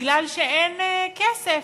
מפני שאין כסף,